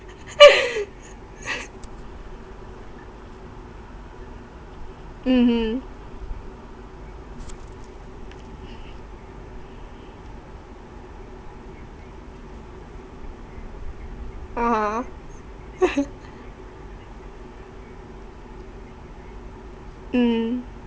mmhmm (uh huh) mm